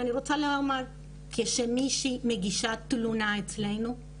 אני רוצה לומר שכשמישהי מגישה תלונה אצלנו,